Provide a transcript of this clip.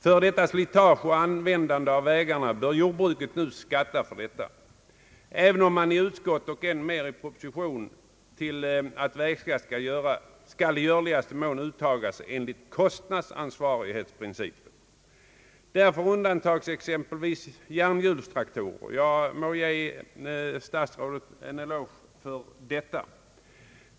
Bör jordbruket då skatta för detta slitage och användande av vägarna, även om man i utskottet och än mer i propositionen anser att vägskatt i görligaste mån skall uttagas enligt kostnadsansvarighetsprincipen. Därför undantages exempelvis järnhjulstraktorer, och jag vill ge statsrådet en eloge för detta.